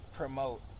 promote